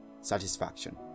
satisfaction